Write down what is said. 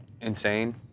insane